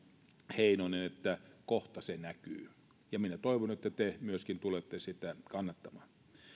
heinonen että kohta se näkyy minä toivon että te myöskin tulette sitä kannattamaan